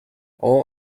all